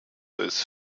ist